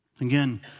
Again